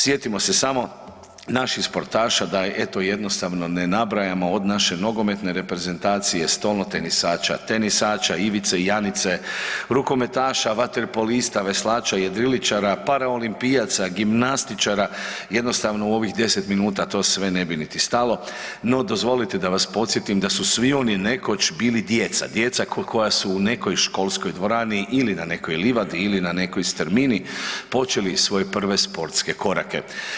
Sjetimo se samo naših sportaša, da je eto jednostavno ne nabrajamo od naše nogometne reprezentacije, stolnotenisača, tenisača, Ivice i Janice, rukometaša, vaterpolista, veslača, jedriličara, paraolimpijaca, gimnastičara, jednostavno u ovih 10 min to sve ne bi niti stalo no dozvolite da vas podsjetim da su svi oni nekoć bili djeca, djeca koja su u nekoj školskoj dvorani ili na nekoj livadi ili na nekoj strmini počeli svoje prve sportske korake.